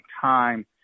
time